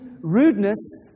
rudeness